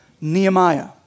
Nehemiah